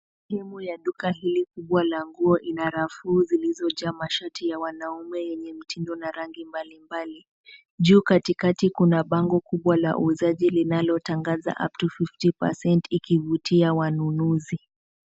Sehemu ya duka hili kubwa la nguo ina rafu zilizojaa mashati ya wanaume yenye mtindo na rangi mbalimbali, juu katikati kuna bango kubwa la uuzaji linano tangaza upto 50% ikivutia wanunuzi